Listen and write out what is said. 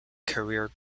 career